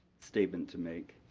statement to make.